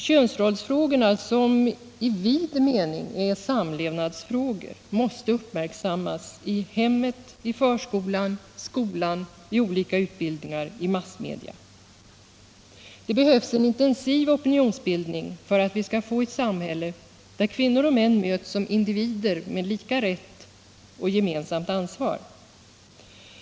Könsrollsfrågorna, som i vid mening är samlevnadsfrågor, måste uppmärksammas i hemmet, i förskolan, i skolan, i olika utbildningar och i massmedia. Det behövs en intensiv opinionsbildning för att vi skall få ett samhälle där kvinnor och män möts som individer med lika rätt och gemensamt ansvar.